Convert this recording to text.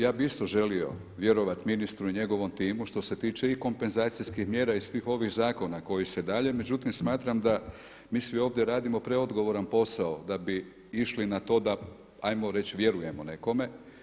Ja bi isto želio vjerovati ministru i njegovom timu što se tiče i kompenzacijskih mjera i svih ovih zakona koji se dalje, međutim smatram da mi svi ovdje radimo preodgovoran posao da bi išli na to da ajmo reći vjerujemo nekome.